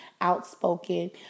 outspoken